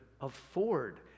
afford